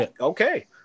okay